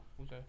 okay